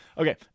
Okay